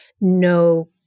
no